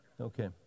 Okay